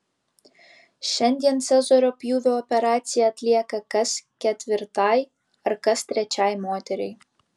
šiandien cezario pjūvio operacija atlieka kas ketvirtai ar kas trečiai moteriai